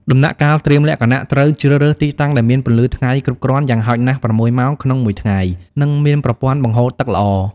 ដំណាក់កាលត្រៀមលក្ខណៈ ត្រូវជ្រើសរើសទីតាំងដែលមានពន្លឺថ្ងៃគ្រប់គ្រាន់ យ៉ាងហោចណាស់ ៦ ម៉ោងក្នុងមួយថ្ងៃ និងមានប្រព័ន្ធបង្ហូរទឹកល្អ។